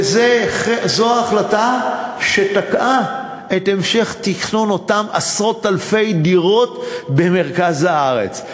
וזו ההחלטה שתקעה את המשך תכנון אותן עשרות אלפי דירות במרכז הארץ.